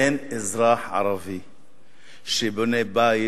אין אזרח ערבי שבונה בית,